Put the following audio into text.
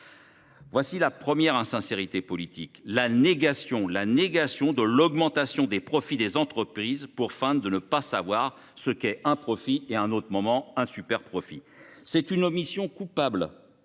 Voici la première insincérité politique : la négation de l’augmentation des profits des entreprises pour feindre de ne pas savoir ce qu’est un profit ou un superprofit ! C’est une omission coupable,